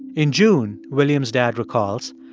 in june, william's dad recalls,